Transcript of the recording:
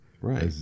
right